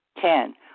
Ten